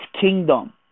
kingdom